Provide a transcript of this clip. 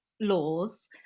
laws